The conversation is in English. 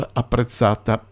apprezzata